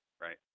right